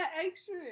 extra